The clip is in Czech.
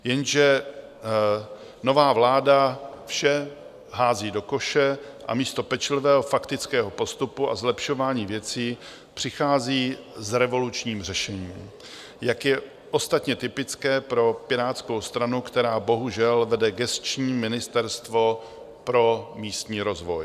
Jenže nová vláda vše hází do koše a místo pečlivého faktického postupu a zlepšování věcí přichází s revolučním řešením, jak je ostatně typické pro Pirátskou stranu, která bohužel vede gesční Ministerstvo pro místní rozvoj.